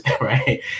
right